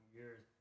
years